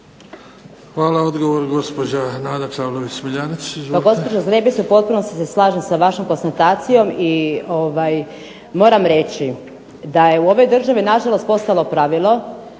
Hvala. Odgovor gospođa Nada Čavlović Smiljanec.